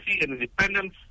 independence